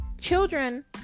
Children